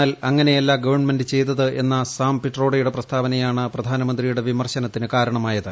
എന്നാൽ അങ്ങനെയല്ല ഗവൺമെന്റ് ളച്ചയ്തത് എന്ന സാം വിട്രോയുടെ പ്രസ്താവനയാണ് പ്രധാന്മുന്ത്രിയുടെ വിമർശനത്തിന് കാരണ മായത്